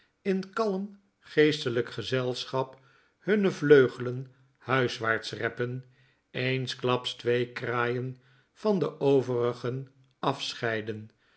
in kalm geestelyk gezelschap hunne vleugelen huiswaarts reppen eensklaps twee kraaien van de overigen afscheiden